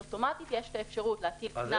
אז אוטומטית יש אפשרות להטיל קנס.